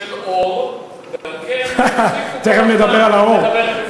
של אור, ועל כן, תכף נדבר על האור.